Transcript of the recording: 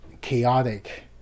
chaotic